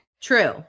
True